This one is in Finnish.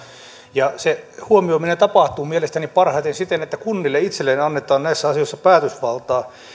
ja se huomioiminen tapahtuu mielestäni parhaiten siten että kunnille itselleen annetaan näissä asioissa päätösvaltaa